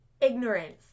ignorance